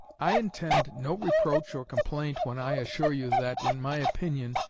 i intend no reproach or complaint when i assure you that, in my opinion,